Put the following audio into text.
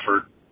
effort